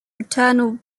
fraternal